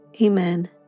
Amen